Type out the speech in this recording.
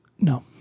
No